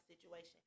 situation